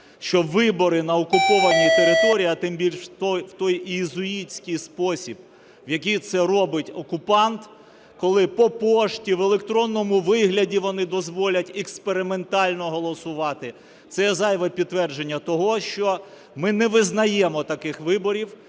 що вибори на окупованій території, а тим більш в той єзуїтський спосіб, в який це робить окупант, коли по пошті в електронному вигляді вони дозволять експериментально голосувати. Це зайве підтвердження того, що ми не визнаємо таких виборів,